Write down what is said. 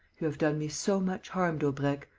you have done me so much harm, daubrecq!